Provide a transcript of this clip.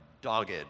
dogged